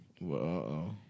Whoa